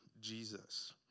Jesus